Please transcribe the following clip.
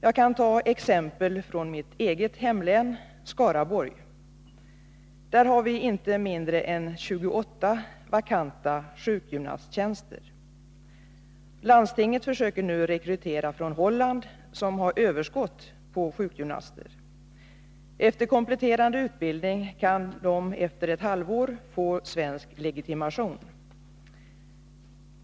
Jag kan ta exempel från mitt eget hemlän, Skaraborg. Där har vi inte mindre än 28 vakanta sjukgymnasttjänster. Landstinget försöker nu rekrytera från Holland, som har överskott på sjukgymnaster. Efter kompletterande utbildning kan de efter ett halvår få svensk legitimation.